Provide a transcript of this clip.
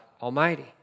Almighty